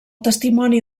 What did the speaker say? testimoni